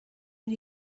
you